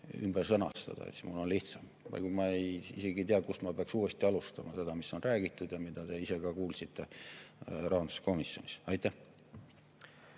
ümber sõnastada, siis mul on lihtsam. Praegu ma isegi ei tea, kust ma peaks uuesti alustama seda, mida on räägitud ja mida te ise ka kuulsite rahanduskomisjonis. Peeter